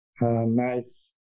nice